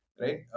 right